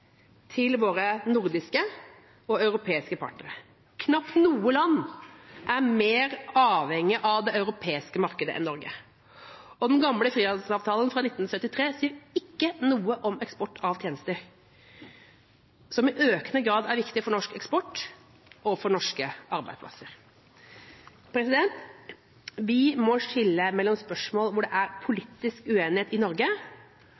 til våre nordiske og europeiske partnere. Knapt noe land er mer avhengig av det europeiske markedet enn Norge. Og den gamle frihandelsavtalen fra 1973 sier ikke noe om eksport av tjenester, som i økende grad er viktig for norsk eksport og for norske arbeidsplasser. Vi må skille mellom spørsmål der det er politisk uenighet i Norge,